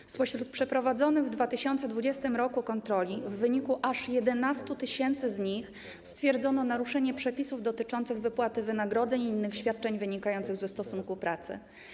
Jeżeli chodzi o przeprowadzone w 2020 r. kontrole, to w wyniku aż 11 tys. z nich stwierdzono naruszenie przepisów dotyczących wypłaty wynagrodzeń i innych świadczeń wynikających ze stosunku pracy.